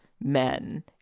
men